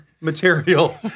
material